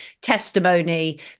testimony